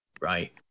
right